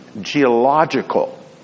geological